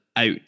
out